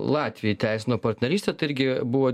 latviai įteisino partnerystę tai irgi buvo